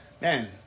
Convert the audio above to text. Man